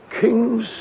King's